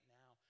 now